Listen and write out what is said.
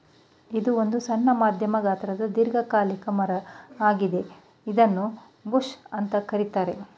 ಇದು ಒಂದು ಸಣ್ಣ ಮಧ್ಯಮ ಗಾತ್ರದ ದೀರ್ಘಕಾಲಿಕ ಮರ ವಾಗಿದೆ ಇದನ್ನೂ ಬುಷ್ ಅಂತ ಕರೀತಾರೆ